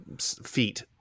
feet